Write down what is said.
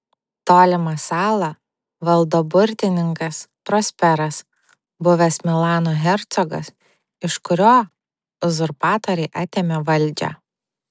tolimą salą valdo burtininkas prosperas buvęs milano hercogas iš kurio uzurpatoriai atėmė valdžią